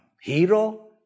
hero